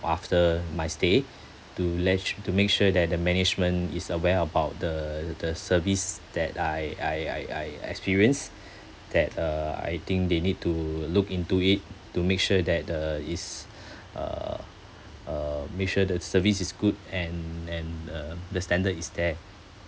after my stay to let to make sure that the management is aware about the the service that I I I I experienced that uh I think they need to look into it to make sure that uh it's uh uh make sure the service is good and and uh the standard is there